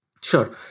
Sure